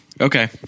Okay